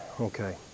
okay